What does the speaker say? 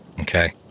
Okay